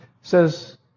says